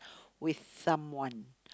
with someone